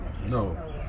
No